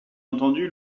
entendu